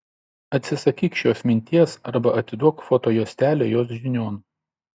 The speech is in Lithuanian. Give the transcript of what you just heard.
atsisakyk šios minties arba atiduok foto juostelę jos žinion